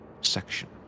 section